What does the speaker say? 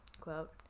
quote